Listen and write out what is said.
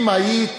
אם היית